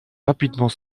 rapidement